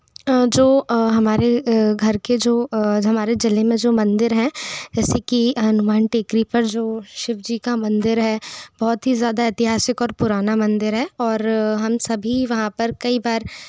जो हमारे घर के जो हमारे ज़िले में जो मंदिर हैं जैसे कि हनुमान टेकरी पर जो शिवजी का मंदिर है बहुत ही ज़्यादा ऐतिहासिक और पुराना मंदिर है और हम सभी वहाँ पर कई बार